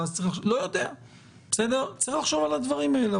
ואז צריך לחשוב על הדברים האלה,